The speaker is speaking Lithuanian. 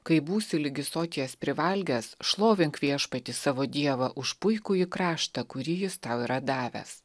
kai būsi ligi soties privalgęs šlovink viešpatį savo dievą už puikųjį kraštą kurį jis tau yra davęs